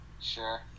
Sure